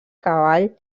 cavall